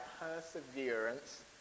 perseverance